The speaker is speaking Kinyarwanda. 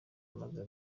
amaze